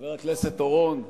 חבר הכנסת אורון,